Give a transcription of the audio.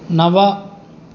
नव